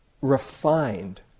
refined